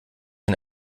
den